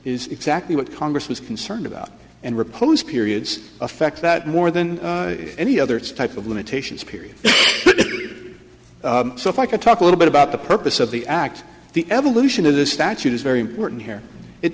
is exactly what congress was concerned about and riposte periods affect that more than any other type of limitations period so if i could talk a little bit about the purpose of the act the evolution of this statute is very important here it